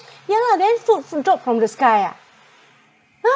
ya lah then food f~ drop from the sky ah !huh!